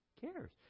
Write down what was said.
cares